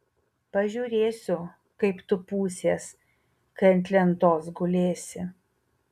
pažiūrėsiu kaip tu pūsies kai ant lentos gulėsi